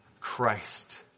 Christ